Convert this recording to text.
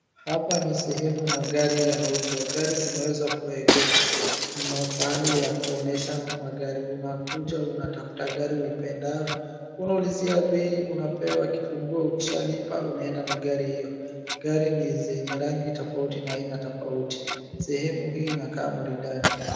Hapa ni sehemu magari yauzwa gari zimeweza kuegeshwa. Ni pahali ya kuonyesha magari unakuja unatafuta gari uipendayo unaulizia bei unapewa kifunguo ukishalipa unaenda na gari hiyo. Gari ni zenye rangi tofauti na aina tofauti sehemu hii inakaa maridadi.